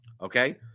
Okay